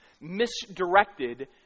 misdirected